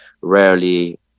rarely